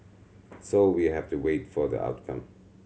so we have to wait for the outcome